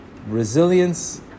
Resilience